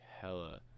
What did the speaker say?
Hella